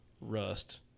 rust –